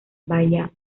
vaya